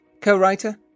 co-writer